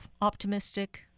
optimistic